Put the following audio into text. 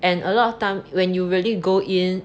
and a lot of time when you really go in